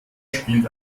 spielt